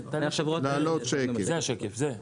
להעלות שקף.